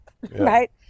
right